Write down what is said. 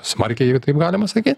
smarkiai jeigu taip galima sakyt